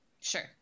Sure